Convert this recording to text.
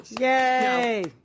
Yay